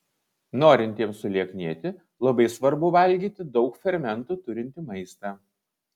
norintiems sulieknėti labai svarbu valgyti daug fermentų turintį maistą